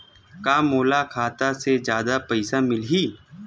का मोला खाता से जादा पईसा मिलही?